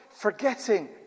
forgetting